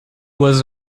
was